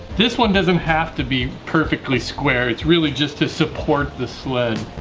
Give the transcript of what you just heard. this one doesn't have to be perfectly square it's really just to support the sled.